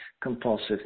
compulsive